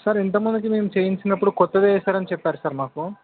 sir ఇంతక ముందుకి మేము చేయించినప్పుడు కొత్తది వేశారని చెప్పారు సార్ మాకు